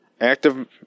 Active